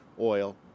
oil